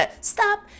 Stop